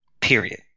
Period